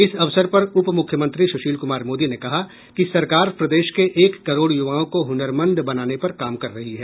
इस अवसर पर उपमुख्यमंत्री सुशील कुमार मोदी ने कहा कि सरकार प्रदेश के एक करोड़ युवाओं को हुनरमंद बनाने पर काम कर रही है